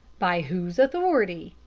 by whose authority?